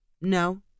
No